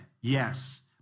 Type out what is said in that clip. yes